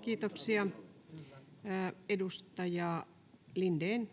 Kiitoksia. — Edustaja Lindén.